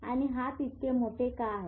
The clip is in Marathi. आणि हात इतके मोठे का आहेत